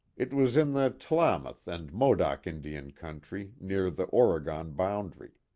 it was in the tlamath and modoc indian country, near the oregon boundary.